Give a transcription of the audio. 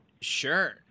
Sure